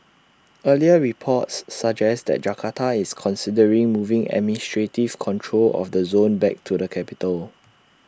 earlier reports suggest that Jakarta is considering moving administrative control of the zone back to the capital